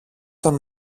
τον